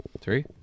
Three